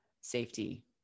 safety